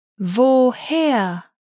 Woher